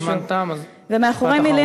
חברת הכנסת שפיר, הזמן תם, אז משפט אחרון.